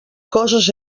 coses